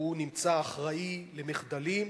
והוא נמצא אחראי למחדלים,